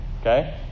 okay